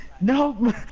no